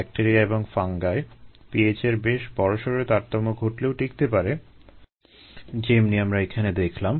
bacteria এবং fungi pH এর বেশ বড়সড় তারতম্য ঘটলেও টিকতে পারে যেমনি আমরা এখানে দেখলাম